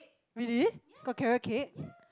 really got carrot cake